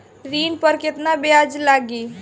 ऋण पर केतना ब्याज लगी?